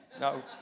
No